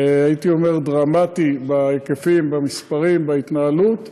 הייתי אומר, דרמטי, בהיקפים, במספרים, בהתנהלות.